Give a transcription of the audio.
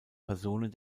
personen